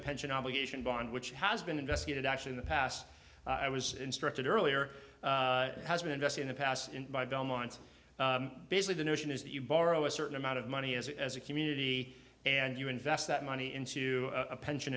pension obligation bond which has been investigated actually in the past i was instructed earlier has been invested in the past by belmont basically the notion is that you borrow a certain amount of money as as a community and you invest that money into a pension